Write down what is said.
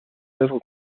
œuvre